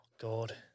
God